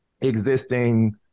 existing